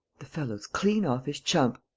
the fellow's clean off his chump!